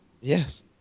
Yes